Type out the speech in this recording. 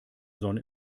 sonne